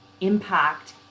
impact